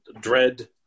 Dread